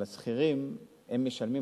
אבל השכירים משלמים,